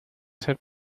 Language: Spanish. ser